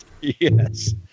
yes